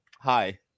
Hi